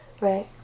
right